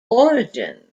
origin